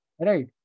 right